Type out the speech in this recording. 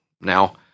Now